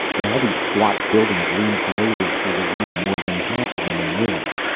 the heavy, squat buildings loomed grayly through the rain, more than half of them in ruins.